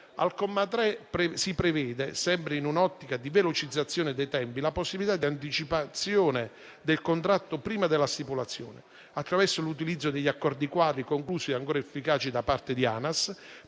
Al comma 3 si prevede, sempre in un'ottica di velocizzazione dei tempi, la possibilità di anticipazione del contratto prima della stipulazione attraverso l'utilizzo degli accordi quadro conclusi e ancora efficaci da parte di ANAS